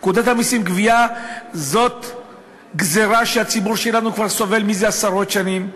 פקודת המסים (גבייה) זאת גזירה שהציבור שלנו כבר סובל זה עשרות שנים,